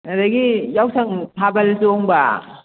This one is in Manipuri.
ꯑꯗꯒꯤ ꯌꯥꯎꯁꯪ ꯊꯥꯕꯜ ꯆꯣꯡꯕ